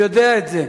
יודע את זה.